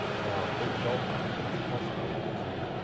now, in the donmar, it is possible to